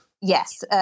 Yes